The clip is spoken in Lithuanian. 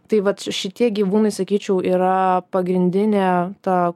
tai vat šitie gyvūnai sakyčiau yra pagrindinė ta